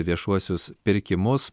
viešuosius pirkimus